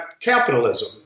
capitalism